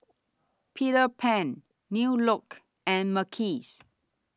Peter Pan New Look and Mackays